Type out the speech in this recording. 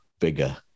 bigger